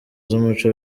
z’umuco